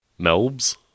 Melbs